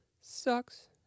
sucks